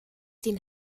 den